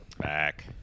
Back